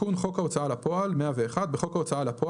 "תיקון חוק ההוצאה לפועל 101. בחוק ההוצאה לפועל,